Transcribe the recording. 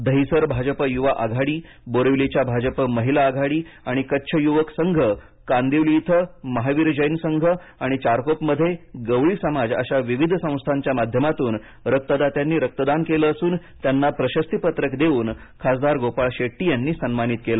दहिसर भाजप युवा आघाडी बोरिवलीच्या भाजप महिला आघाडी आणि कच्छ यूवक संघ कांदिवली इथं महावीर जैन संघ आणि चारकोपामध्ये गवळी समाज अशा विविध संस्थाच्या माध्यमातून रक्तदात्यांनी रक्तदान केलं असून त्यांना प्रशस्तीपत्रक देऊन खासदार गोपाळ शेट्टी यांनी सन्मानित केलं